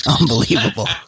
Unbelievable